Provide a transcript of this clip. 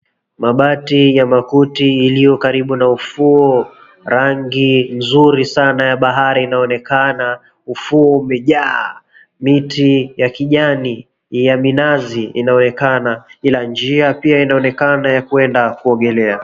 Mabati ya makuti iliyokaribu na ufuo, Rangi nzuri sana ya bahari inaonekana, ufuo umeja𝑎 miti ya kijani ya minazi inaonekana ila njia inaonekana pia ya kwenda kuogelea.